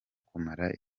kumara